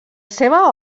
seva